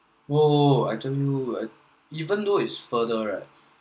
!whoa! I tell you I even though it's further right